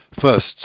first